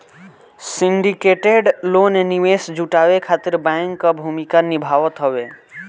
syndicated loan निवेश जुटावे खातिर बैंक कअ भूमिका निभावत हवे